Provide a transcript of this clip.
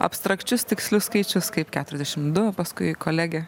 abstrakčius tikslius skaičius kaip keturiasdešim du paskui kolegė